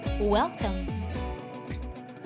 Welcome